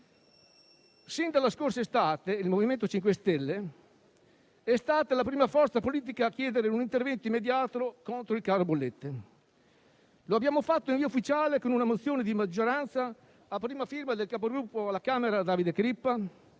Sin dalla scorsa estate, il MoVimento 5 Stelle è stata la prima forza politica a chiedere un intervento immediato contro il caro bollette. Lo abbiamo fatto in via ufficiale con una mozione di maggioranza, a prima firma del capogruppo alla Camera dei